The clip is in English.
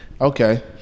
Okay